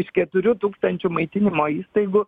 iš keturių tūkstančių maitinimo įstaigų